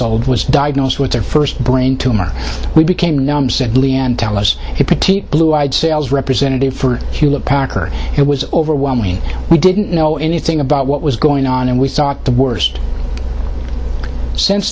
old was diagnosed with their first brain tumor we became numb said lee and tell us it pretty blue eyed sales representative for hewlett packard it was overwhelming we didn't know anything about what was going on and we thought the worst since